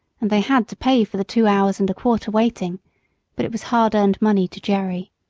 and they had to pay for the two hours and a quarter waiting but it was hard-earned money to jerry.